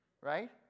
Right